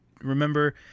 remember